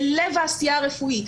בלב העשייה הרפואית,